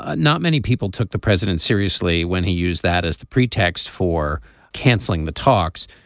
ah not many people took the president seriously when he used that as the pretext for canceling the talks.